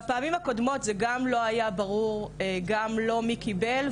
בפעמים הקודמות זה גם לא היה ברור מי קיבל,